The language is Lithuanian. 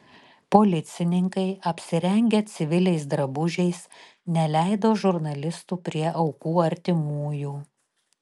policininkai apsirengę civiliais drabužiais neleido žurnalistų prie aukų artimųjų